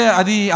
adi